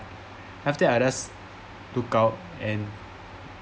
after I just took out and